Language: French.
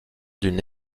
d’une